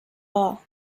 are